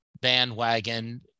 bandwagon